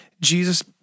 Jesus